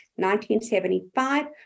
1975